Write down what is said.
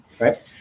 right